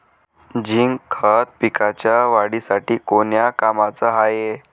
Zinc खत पिकाच्या वाढीसाठी कोन्या कामाचं हाये?